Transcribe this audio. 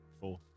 Four